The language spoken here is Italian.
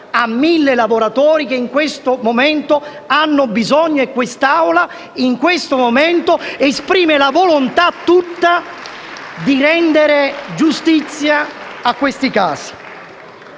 a mille lavoratori che in questo momento ne hanno bisogno e quest'Assemblea in questo momento esprime la volontà tutta di rendere giustizia a tali casi.